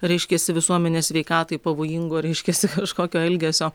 reiškiasi visuomenės sveikatai pavojingo reiškiasi kažkokio elgesio